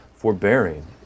forbearing